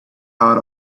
out